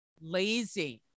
lazy